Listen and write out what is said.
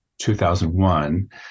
2001